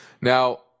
Now